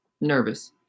Nervous